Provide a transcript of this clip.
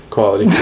Quality